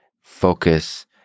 focus